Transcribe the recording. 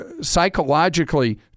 psychologically